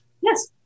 Yes